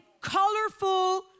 colorful